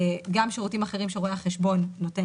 גם שירותים אחרים שרואה החשבון נותן